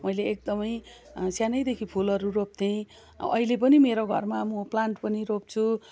मैले एकदमै सानैदेखि फुलहरू रोप्थेँ अहिले पनि मेरो घरमा म प्लान्ट पनि रोप्छु